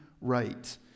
right